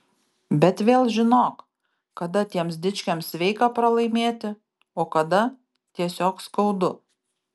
bet vėl žinok kada tiems dičkiams sveika pralaimėti o kada tiesiog skaudu